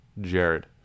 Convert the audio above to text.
Jared